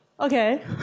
Okay